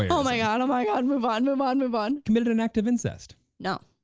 oh my god, oh my god, move on, move on, move on. committed an act of incest. no.